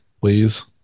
please